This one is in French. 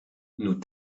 nous